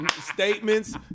statements